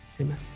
amen